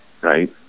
right